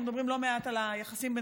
שאנחנו מדברים לא מעט על היחסים בין